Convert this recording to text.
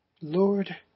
Lord